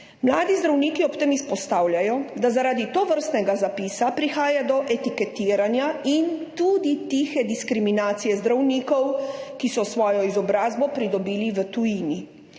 Mladi zdravniki ob tem izpostavljajo, da zaradi tovrstnega zapisa prihaja do etiketiranja in tudi tihe diskriminacije zdravnikov, ki so svojo izobrazbo pridobili v tujini.